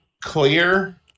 clear